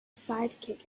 sidekick